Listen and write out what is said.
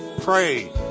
pray